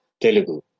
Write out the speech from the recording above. Telugu